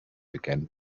began